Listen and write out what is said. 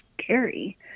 scary